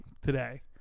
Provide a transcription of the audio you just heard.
today